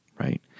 right